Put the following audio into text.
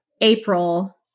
April